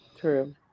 True